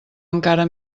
encara